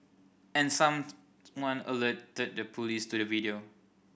and some one alerted the police to the video